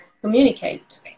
communicate